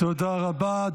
תודה רבה.